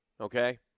Okay